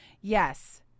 Yes